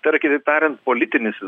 tai yra kitaip tariant politinis